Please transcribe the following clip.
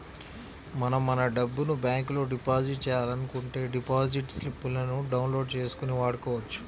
మనం మన డబ్బును బ్యాంకులో డిపాజిట్ చేయాలనుకుంటే డిపాజిట్ స్లిపులను డౌన్ లోడ్ చేసుకొని వాడుకోవచ్చు